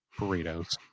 burritos